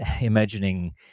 imagining